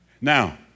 Now